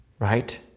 right